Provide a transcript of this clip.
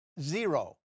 Zero